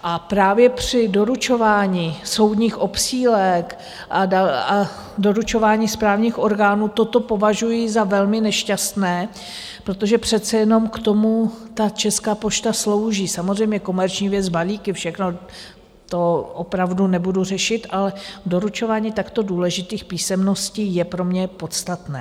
A právě při doručování soudních obsílek a doručování správních orgánů toto považují za velmi nešťastné, protože přece jenom k tomu Česká pošta slouží samozřejmě komerční věc, balíky, všechno, to opravdu nebudu řešit, ale doručování takto důležitých písemností je pro mě podstatné.